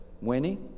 Winnie